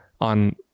on